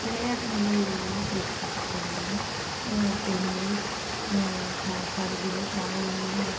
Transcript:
விளையாட்டு நிகழ்வுகள் என்னன்னா கிரிக்கெட் கேரம் டென்னிஸ் சடுகுடு தரை